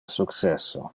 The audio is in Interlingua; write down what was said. successo